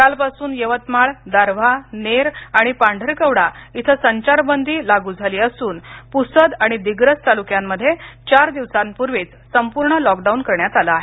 कालपासून यवतमाळ दारव्हा नेर आणि पांढरकवडा इथं संचारबंदी लागू झाली असून पुसद आणि दिग्रस तालुक्यांमध्ये चार दिवसांपूर्वीच संपूर्ण लॉकडाऊन करण्यात आले आहे